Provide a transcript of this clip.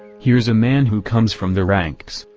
here's a man who comes from the ranks,